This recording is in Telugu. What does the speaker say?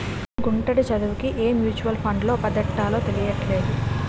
గుంటడి చదువుకి ఏ మ్యూచువల్ ఫండ్లో పద్దెట్టాలో తెలీట్లేదు